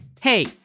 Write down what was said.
Hey